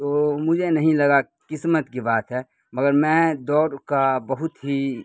تو مجھے نہیں لگا قسمت کی بات ہے مگر میں دوڑ کا بہت ہی